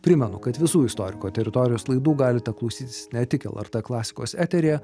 primenu kad visų istoriko teritorijos laidų galite klausytis ne tik lrt klasikos eteryje